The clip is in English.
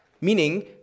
Meaning